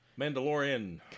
Mandalorian